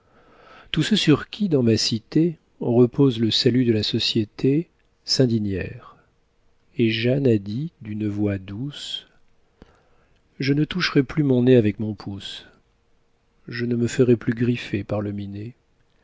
tous ceux sur qui dans ma cité repose le salut de la société s'indignèrent et jeanne a dit d'une voix douce je ne toucherai plus mon nez avec mon pouce je ne me ferai plus griffer par le minet